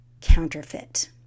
counterfeit